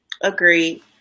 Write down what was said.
Agreed